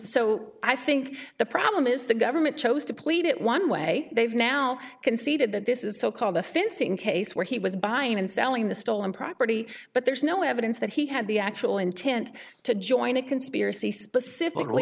so i think the problem is the government chose to plead it one way they've now conceded that this is so called the financing case where he was buying and selling the stolen property but there's no evidence that he had the actual intent to join a conspiracy specifically